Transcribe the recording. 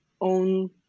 own